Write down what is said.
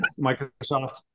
Microsoft